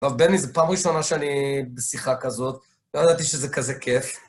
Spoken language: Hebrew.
הרב בני, זו פעם ראשונה שאני בשיחה כזאת, לא ידעתי שזה כזה כיף.